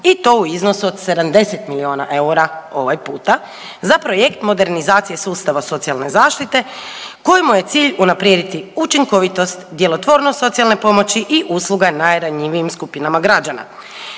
i to u iznosu od 70 milijuna eura ovaj puta za projekt modernizacije sustava socijalne zaštite koji mu je cilj unaprijediti učinkovitost, djelotvornost socijalne pomoći i usluga najranjivijim skupinama građana